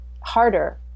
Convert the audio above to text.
harder